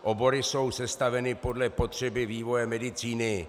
Obory jsou sestaveny podle potřeby vývoje medicíny.